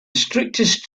strictest